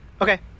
Okay